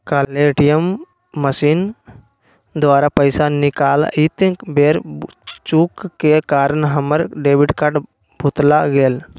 काल्हे ATM machine द्वारा पइसा निकालइत बेर चूक के कारण हमर डेबिट कार्ड भुतला गेल